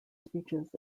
speeches